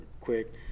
quick